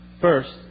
First